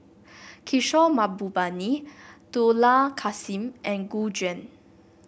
Kishore Mahbubani Dollah Kassim and Gu Juan